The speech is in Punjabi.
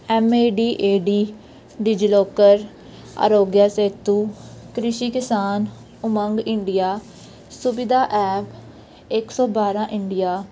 M A D A D DigiLocker Aarogya Setu Krishi Kisan UMANG India Suvidha app ਇੱਕ ਸੌ ਬਾਰਾਂ ਇੰਡੀਆ